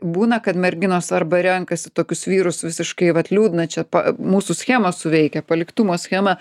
būna kad merginos arba renkasi tokius vyrus visiškai vat liūdna čia pa mūsų schemos suveikia paliktumo schema